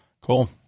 cool